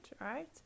right